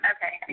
Okay